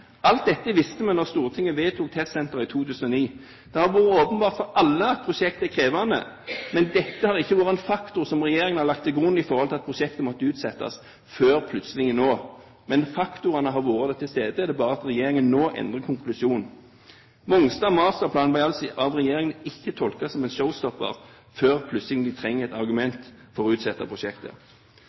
visste vi da Stortinget vedtok testsenteret i 2009. Det har vært åpenbart for alle at prosjektet er krevende, men dette har ikke vært en faktor som regjeringen har lagt til grunn for at prosjektet måtte utsettes – ikke før nå, plutselig. Men faktorene har vært til stede, det er bare regjeringen som nå endrer konklusjon. Masterplan Mongstad ble av regjeringen ikke tolket som en «showstopper» før de plutselig trengte et argument for å utsette prosjektet.